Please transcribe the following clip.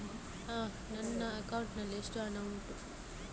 ನನ್ನ ಅಕೌಂಟ್ ನಲ್ಲಿ ಎಷ್ಟು ಹಣ ಉಂಟು?